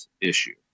issue